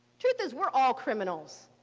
truth is, we're all criminals.